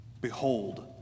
Behold